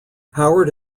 howard